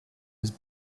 was